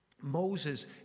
Moses